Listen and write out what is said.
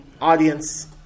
audience